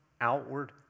outward